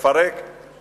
לפרק